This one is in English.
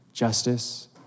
Justice